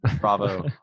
bravo